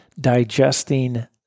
digesting